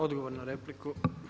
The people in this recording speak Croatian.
Odgovor na repliku.